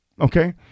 okay